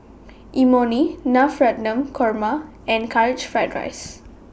Imoni Korma and Karaage Fried